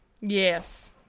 Yes